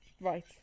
Right